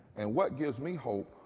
and what gives me hope